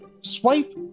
Swipe